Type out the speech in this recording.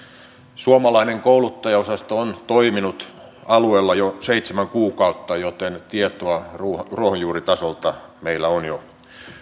suomalainen kouluttajaosasto on toiminut alueella jo seitsemän kuukautta joten tietoa ruohonjuuritasolta meillä on jo